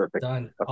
Done